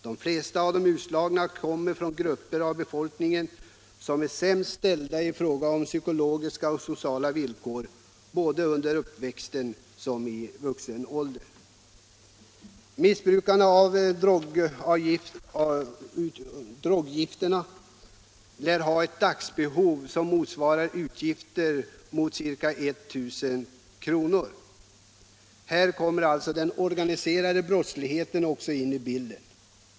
De flesta av de utslagna kommer från de grupper som av befolkningen är sämst ställda i fråga om Missbrukarna av droggifterna lär ha ett dagsbehov som kan motsvara utgifter för ca 1 000 kr. Här kommer också den organiserade brottsligheten in i bilden.